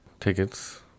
tickets